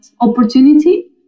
opportunity